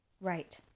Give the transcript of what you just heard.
Right